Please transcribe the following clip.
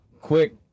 quick